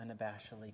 unabashedly